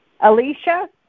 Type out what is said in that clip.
Alicia